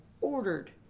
ordered